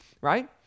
right